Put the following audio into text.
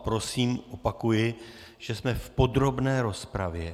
A prosím, opakuji, že jsme v podrobné rozpravě.